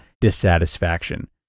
dissatisfaction